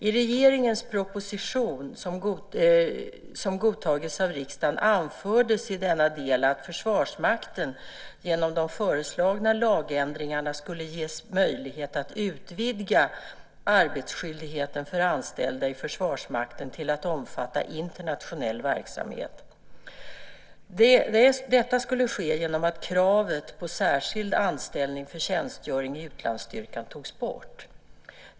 I regeringens proposition - som godtagits av riksdagen - anfördes i denna del att Försvarsmakten genom de föreslagna lagändringarna skulle ges möjlighet att utvidga arbetsskyldigheten för anställda i Försvarsmakten till att omfatta internationell verksamhet. Detta skulle ske genom att kravet på särskild anställning för tjänstgöring i utlandsstyrkan togs bort.